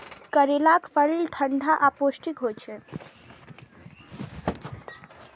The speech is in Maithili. करैलाक फल ठंढा आ पौष्टिक होइ छै